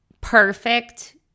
perfect